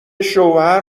شوهر